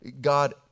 God